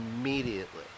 immediately